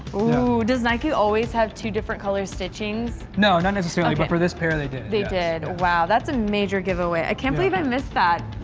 ooh, does nike always have two different colored stitching? no, not necessarily, but for this pair they did. they did. wow, that's a major giveaway. i can't believe i missed that,